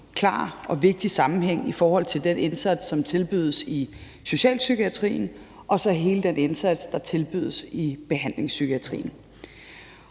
klar og vigtig sammenhæng i forhold til den indsats, som tilbydes i socialpsykiatrien, og så hele den indsats, der tilbydes i behandlingspsykiatrien.